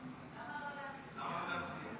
למה לא להצביע?